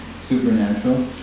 supernatural